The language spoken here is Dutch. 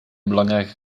belangrijke